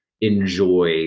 enjoy